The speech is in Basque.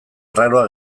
arraroa